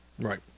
Right